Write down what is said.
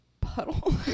puddle